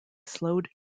slowed